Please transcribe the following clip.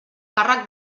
càrrec